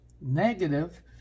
negative